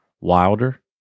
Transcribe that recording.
wilder